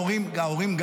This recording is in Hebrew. ההורים,